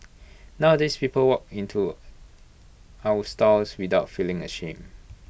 nowadays people walk in to our stores without feeling ashamed